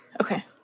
Okay